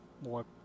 more